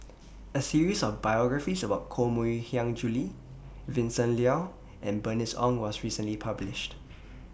A series of biographies about Koh Mui Hiang Julie Vincent Leow and Bernice Ong was recently published